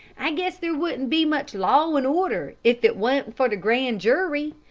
i guess there wouldn't be much law and order if it wa'n't for the grand jury.